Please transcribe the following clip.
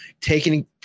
taking